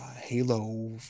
Halo